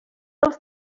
els